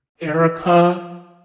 Erica